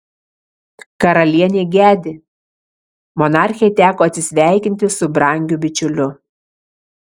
karalienė gedi monarchei teko atsisveikinti su brangiu bičiuliu